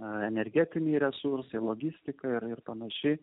energetiniai resursai logistika ir panaši